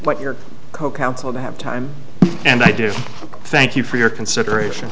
but your co counsel have time and i do thank you for your consideration